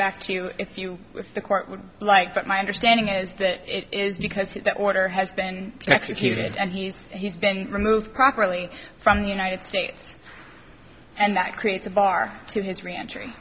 back to you if you with the court would like but my understanding is that it is because the order has been executed and he's he's been removed properly from the united states and that creates a bar to his r